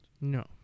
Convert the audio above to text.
No